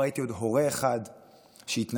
עוד לא ראיתי הורה אחד שהתנגד.